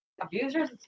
Abusers